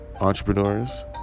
entrepreneurs